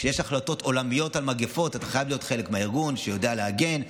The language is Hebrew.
כשיש החלטות עולמיות על מגפות אתה חייב להיות חלק מהארגון שיודע להגן,